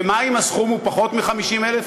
ומה אם הסכום הוא פחות מ-50,000?